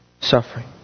suffering